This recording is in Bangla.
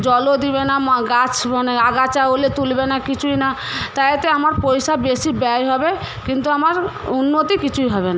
জলও দেবে না গাছ মানে আগাছা হলে তুলবেনা কিছুই না তাই এতে আমার পয়সা বেশি ব্যয় হবে কিন্তু আমার উন্নতি কিছুই হবে না